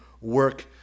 work